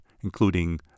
including